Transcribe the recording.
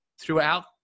throughout